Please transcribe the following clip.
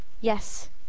Yes